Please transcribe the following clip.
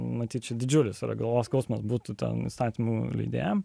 matyt didžiulis ragu o skausmas būtų ten įstatymų leidėjams